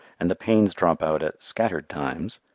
and the panes drop out at scattered times,